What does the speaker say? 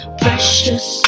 precious